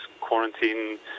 quarantine